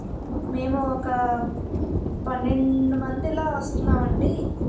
మేము ఒక పన్నెండు మంది ఇలా వస్తున్నాం అండి